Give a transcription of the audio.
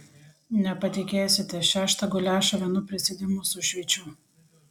nepatikėsite šeštą guliašą vienu prisėdimu sušveičiau